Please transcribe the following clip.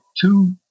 two